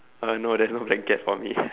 uh no there's no blanket for me